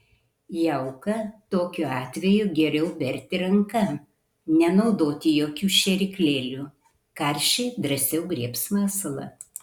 jauką tokiu atveju geriau berti ranka nenaudoti jokių šėryklėlių karšiai drąsiau griebs masalą